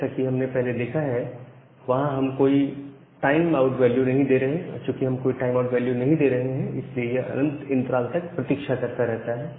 जैसा कि हमने पहले देखा है कि वहां हम कोई टाइम आउट वेल्यू नहीं दे रहे हैं और चूकि हम कोई टाइम आउट वेल्यू नहीं दे रहे हैं इसलिए यह अनंत अंतराल तक प्रतीक्षा करता रहता है